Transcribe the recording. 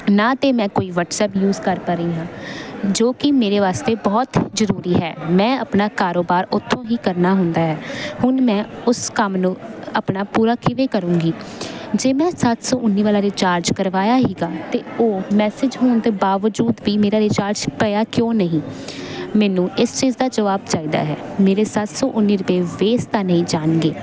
ਨਾ ਤਾਂ ਮੈਂ ਕੋਈ ਵਟਸਐਪ ਯੂਜ ਕਰ ਪਾ ਰਹੀ ਹਾਂ ਜੋ ਕਿ ਮੇਰੇ ਵਾਸਤੇ ਬਹੁਤ ਜ਼ਰੂਰੀ ਹੈ ਮੈਂ ਆਪਣਾ ਕਾਰੋਬਾਰ ਉੱਥੋਂ ਹੀ ਕਰਨਾ ਹੁੰਦਾ ਹੈ ਹੁਣ ਮੈਂ ਉਸ ਕੰਮ ਨੂੰ ਆਪਣਾ ਪੂਰਾ ਕਿਵੇਂ ਕਰੂੰਗੀ ਜੇ ਮੈਂ ਸੱਤ ਸੌ ਉੱਨੀ ਵਾਲਾ ਰੀਚਾਰਜ ਕਰਵਾਇਆ ਸੀਗਾ ਅਤੇ ਉਹ ਮੈਸੇਜ ਹੋਣ ਦੇ ਬਾਵਜੂਦ ਵੀ ਮੇਰਾ ਰੀਜਾਰਚ ਪਿਆ ਕਿਉਂ ਨਹੀਂ ਮੈਨੂੰ ਇਸ ਚੀਜ਼ ਦਾ ਜਵਾਬ ਚਾਹੀਦਾ ਹੈ ਮੇਰੇ ਸੱਤ ਸੌ ਉੱਨੀ ਰੁਪਏ ਵੇਸਟ ਤਾਂ ਨਹੀਂ ਜਾਣਗੇ